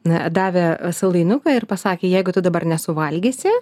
na davė saldainuką ir pasakė jeigu tu dabar nesuvalgysi